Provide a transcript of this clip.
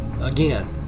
Again